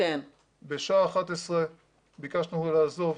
בשעה 11 ביקשנו לעזוב,